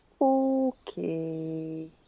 Okay